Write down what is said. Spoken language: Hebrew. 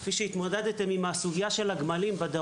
כמו שהתמודדתם בעבר עם סוגיית הגמלים בדרום,